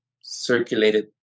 circulated